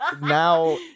Now